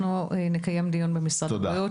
אנחנו נקיים דיון במשרד הבריאות,